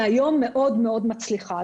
שהיום היא מאוד מאוד מצליחה.